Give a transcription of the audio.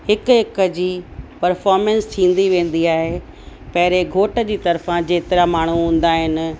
हिकु हिक जी पर्फ़ोरमंस थींदी वेंदी आहे पहिरीं घोट जी तर्फ़ां जेतिरा माण्हू हूंदा आहिनि